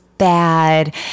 Bad